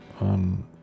on